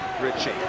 Richie